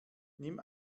nimm